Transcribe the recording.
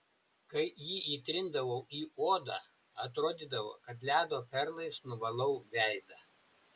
kai jį įtrindavau į odą atrodydavo kad ledo perlais nuvalau veidą